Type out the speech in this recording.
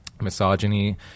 misogyny